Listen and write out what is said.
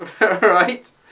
Right